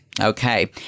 Okay